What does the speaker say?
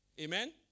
Amen